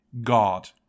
god